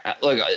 look